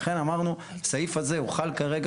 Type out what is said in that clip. לכן אמרנו הסעיף הזה הוא חל כרגע,